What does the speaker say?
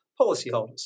policyholders